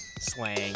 slang